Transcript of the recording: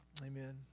Amen